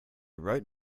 wrote